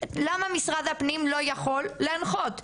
למה משרד הפנים לא יכול להנחות,